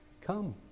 Come